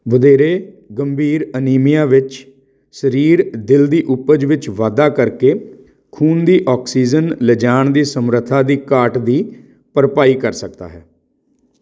ਵਧੇਰੇ ਗੰਭੀਰ ਅਨੀਮੀਆ ਵਿੱਚ ਸਰੀਰ ਦਿਲ ਦੀ ਉਪਜ ਵਿੱਚ ਵਾਧਾ ਕਰਕੇ ਖੂਨ ਦੀ ਆਕਸੀਜਨ ਲਿਜਾਣ ਦੀ ਸਮਰੱਥਾ ਦੀ ਘਾਟ ਦੀ ਭਰਪਾਈ ਕਰ ਸਕਦਾ ਹੈ